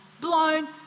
blown